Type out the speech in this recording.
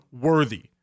worthy